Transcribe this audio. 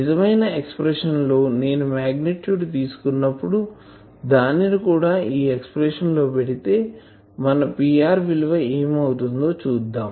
నిజమైన ఎక్సప్రెషన్ లో నేను మాగ్నిట్యూడ్ తీసుకున్నప్పుడు దానిని కూడా ఈ ఎక్సప్రెషన్ లో పెడితే మన Pr విలువ ఏమి అవుతుందో చూద్దాం